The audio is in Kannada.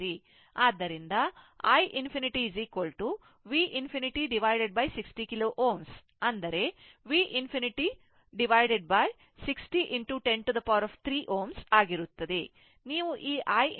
ಆದ್ದರಿಂದ i ∞ V 1 ∞60 K Ω V 1 ∞60 10 3 Ω ಆಗಿರುತ್ತದೆ